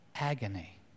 agony